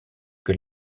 que